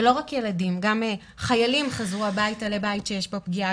ולא רק ילדים גם חיילים חזרו הביתה לבית שיש בו פגיעה,